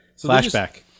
Flashback